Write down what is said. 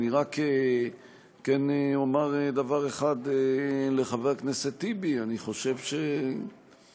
אני כן אומר רק דבר אחד לחבר הכנסת טיבי: אני חושב שציינת,